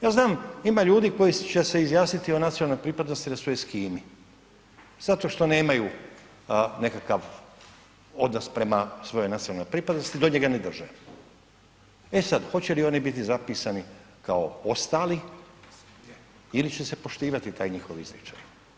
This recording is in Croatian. Ja znam, ima ljudi koji će se izjasniti o nacionalnoj pripadnosti da su Eskimi zato što nemaju nekakav odnos prema svojoj nacionalnoj pripadnosti, do njega ne drže, e sad, hoće li oni biti zapisani kao ostali ili će se poštivat taj njihov izričaj?